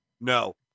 No